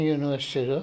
University